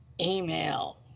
email